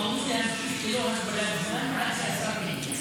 הוא אמור להמשיך ללא הגבלת זמן עד שהשר מגיע,